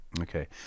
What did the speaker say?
Okay